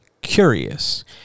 curious